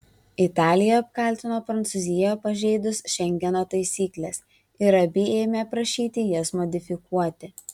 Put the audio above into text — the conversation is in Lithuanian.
italija apkaltino prancūziją pažeidus šengeno taisykles ir abi ėmė prašyti jas modifikuoti